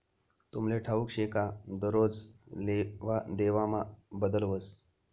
तुमले ठाऊक शे का दरोज लेवादेवामा बदल व्हस